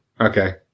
Okay